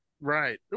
right